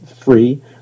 free